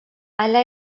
hala